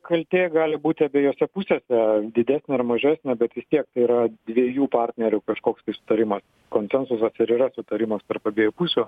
kaltė gali būti abiejose pusėse didesnė ar mažesnė bet vis tiek tai yra dviejų partnerių kažkoks tai sutarimas konsensusas ir yra sutarimas tarp abiejų pusių